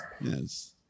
Yes